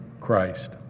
Christ